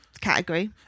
category